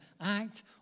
Act